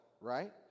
right